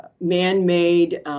man-made